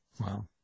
Wow